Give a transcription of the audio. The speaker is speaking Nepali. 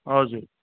हजुर